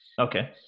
Okay